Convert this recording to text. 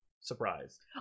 surprised